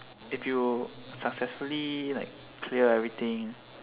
if you successfully like clear everything